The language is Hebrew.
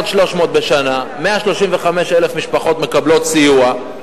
1.3 מיליארד בשנה, 135,000 משפחות מקבלות סיוע.